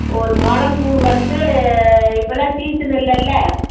ஒரு மொழம் பூ வந்து இப்பெல்லாம் சீசன் இல்லயில்ல